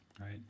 right